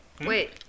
Wait